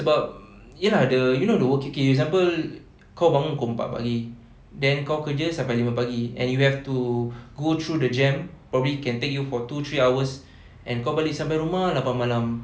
sebab ya the you know the okay example kau bangun pukul empat pagi then kau kerja sampai lima pagi and you have to go through the jam probably can take you for two three hours and kau balik sampai rumah lapan malam